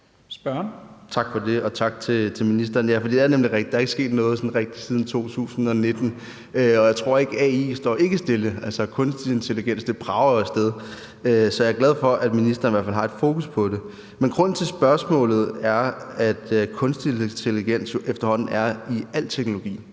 Tak for det, og tak til ministeren. Det er nemlig rigtigt, at der ikke er sket noget sådan rigtigt siden 2019. Og jeg tror ikke, AI står stille; kunstig intelligens brager jo afsted. Så jeg er glad for, at ministeren i hvert fald har et fokus på det. Grunden til spørgsmålet er, at kunstig intelligens efterhånden er i al teknologi.